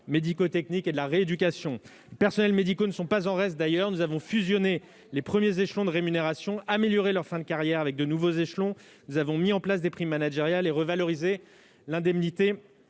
médico-techniques et de la rééducation depuis le mois d'octobre 2021. Les personnels médicaux ne sont pas en reste. Nous avons fusionné les premiers échelons de rémunération et amélioré leur fin de carrière avec des nouveaux échelons. Nous avons mis en place des primes managériales et revalorisé l'indemnité